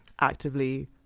actively